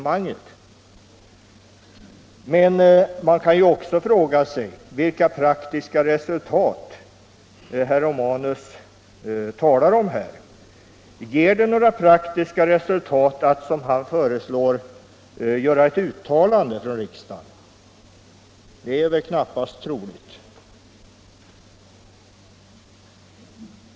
Man kan också fråga sig vilka praktiska resultat det är som herr Romanus talar om. Ger det några praktiska resultat att, som han föreslår, göra ett uttalande från riksdagen? Det är väl knappast troligt.